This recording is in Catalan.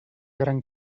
gran